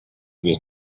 was